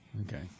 Okay